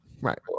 Right